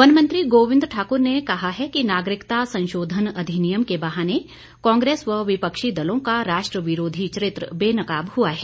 one मंत्री गोविंद ठाकुर ने कहा है कि नागरिकता संशोधन अधिनियम के बहाने कांग्रेस व विपक्षी दलों का राष्ट्र विरोधी चरित्र बेनकाब हुआ है